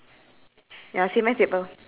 so but only the ghost ah next to the ghost one